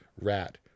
rat